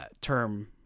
term